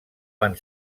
van